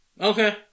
okay